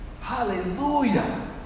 hallelujah